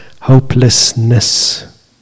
hopelessness